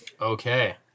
Okay